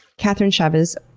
catherine chavez,